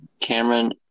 Cameron